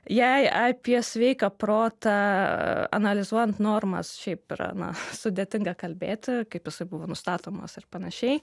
jei apie sveiką protą analizuojant normas šiaip yra na sudėtinga kalbėti kaip jisai buvo nustatomas ir panašiai